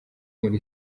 muri